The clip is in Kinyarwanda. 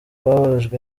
bababajwe